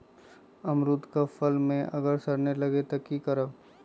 अमरुद क फल म अगर सरने लगे तब की करब?